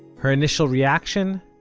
her initial reaction?